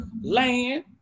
land